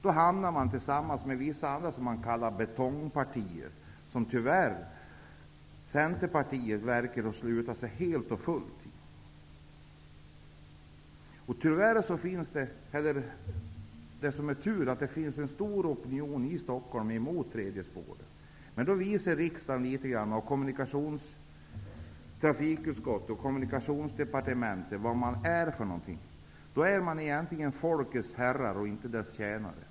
Då hamnar man tillsammans med vissa andra partier som kallas betongpartier, vilka Centerpartiet tyvärr verkar att fullt och fast ansluta sig till. Det är tur att det i Stockholm finns en stor opinion mot tredje spåret. Men riksdagen, trafikuskottet och Kommunikationsdepartementet visar då vilka man är. Då är man egentligen folkets herrar och inte dess tjänare.